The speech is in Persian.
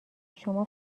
شما